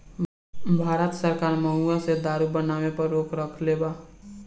भारत सरकार महुवा से दारू बनावे पर रोक रखले बा